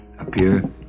appear